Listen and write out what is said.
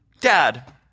Dad